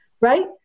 right